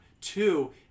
Two